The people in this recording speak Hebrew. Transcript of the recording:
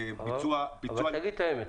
-- אבל תגיד את האמת,